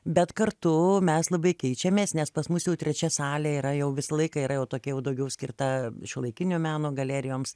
bet kartu mes labai keičiamės nes pas mus jau trečia salė yra jau visą laiką yra jau tokia jau daugiau skirta šiuolaikinio meno galerijoms